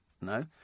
no